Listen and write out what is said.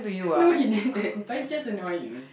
no he didn't but it's just annoying